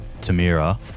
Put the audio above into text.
tamira